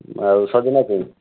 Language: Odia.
ଆଉ ସଜନା ଛୁଇଁ